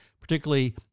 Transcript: particularly